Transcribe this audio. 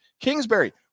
Kingsbury